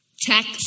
Tax